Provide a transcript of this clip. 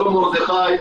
שלום מרדכי,